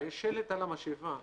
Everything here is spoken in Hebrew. יש שלט על המשאבה.